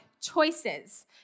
choices